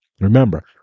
Remember